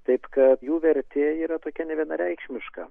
taip kad jų vertė yra tokia nevienareikšmiška